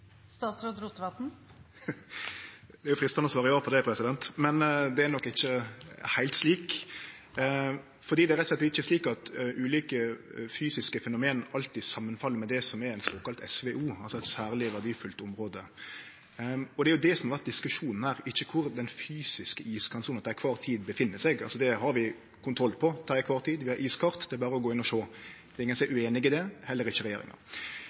er jo freistande å svare ja på det, men det er nok ikkje heilt slik. Det er rett og slett ikkje slik at ulike fysiske fenomen alltid fell saman med det som er ein såkalla SVO, altså eit særleg verdifullt område. Det er jo det som har vore diskusjonen her – ikkje kvar den fysiske iskantsona til kvar tid er; det har vi til kvar tid kontroll på. Vi har iskart, og det er berre å gå inn og sjå. Det er ingen som er ueinige i det, heller ikkje regjeringa.